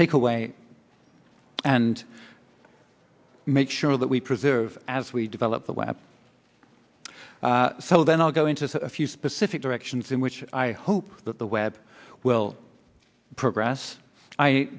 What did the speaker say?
take away and make sure that we preserve as we develop the web so then i'll go into a few specific directions in which i hope that the web will progress i